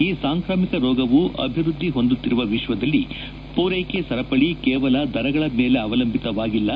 ಈ ಸಾಂಕ್ರಾಮಿಕ ರೋಗವು ಅಭಿವೃದ್ಧಿ ಹೊಂದುತ್ತಿರುವ ವಿಶ್ವದಲ್ಲಿ ಪೂರೈಕೆ ಸರಪಳಿ ಕೇವಲ ದರಗಳ ಮೇಲೆ ಅವಲಂಬಿತವಾಗಿಲ್ಲ